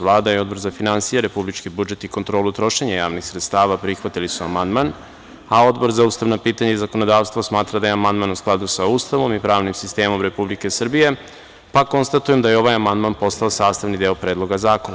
Vlada i Odbor za finansije, republički budžet i kontrolu trošenja javnih sredstava prihvatili su amandman, a Odbor za ustavna pitanja i zakonodavstvo smatra da je amandman u skladu sa Ustavom i pravnim sistemom Republike Srbije, pa konstatujem da je ovaj amandman postao sastavni deo Predloga zakona.